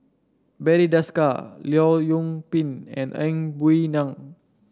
Barry Desker Leong Yoon Pin and Ang Wei Neng